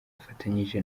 afatanyije